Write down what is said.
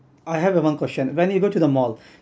I have a one question when you go to the mall